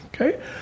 Okay